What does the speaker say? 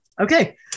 okay